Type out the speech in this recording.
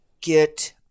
get